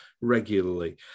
regularly